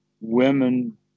women